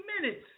minutes